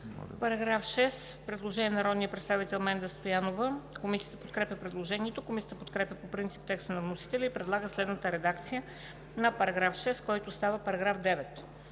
По § 7 има предложение на народния представител Менда Стоянова. Комисията подкрепя предложението. Комисията подкрепя по принцип текста на вносителя и предлага следната редакция на § 7, който става § 10: „§